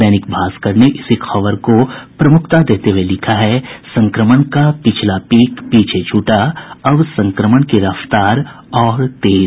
दैनिक भास्कर ने इसी खबर को प्रमुखता देते हुये लिखा है संक्रमण का पिछला पीक पीछे छूटा अब संक्रमण की रफ्तार और तेज